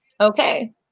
Okay